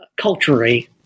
culturally